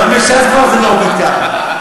גם בש"ס זה כבר לא עובד ככה,